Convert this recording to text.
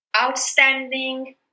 outstanding